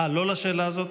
אה, לא לשאלה הזו?